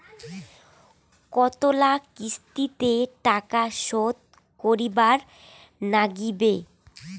কতোলা কিস্তিতে টাকা শোধ করিবার নাগীবে?